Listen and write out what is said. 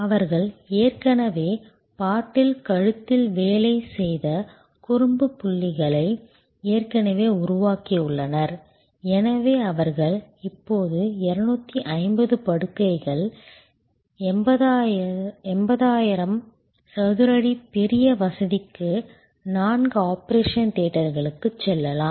அவர்கள் ஏற்கனவே பாட்டில் கழுத்தில் வேலை செய்த குறும்பு புள்ளிகளை ஏற்கனவே உருவாக்கியுள்ளனர் எனவே அவர்கள் இப்போது 250 படுக்கைகள் 80000 சதுர அடி பெரிய வசதிக்கு நான்கு ஆபரேஷன் தியேட்டர்களுக்கு செல்லலாம்